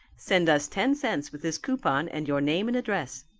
send us ten cents with this coupon and your name and address.